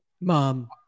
Mom